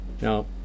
Now